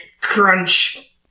crunch